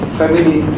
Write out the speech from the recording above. family